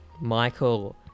Michael